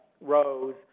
rose